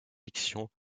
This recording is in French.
fiction